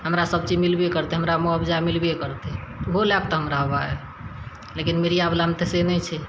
हमरा सभचीज मिलबे करतय हमरा मुआवजा मिलबे करतय उहो लए कऽ तऽ हम रहबय लेकिन मीडियावला मे से नहि छै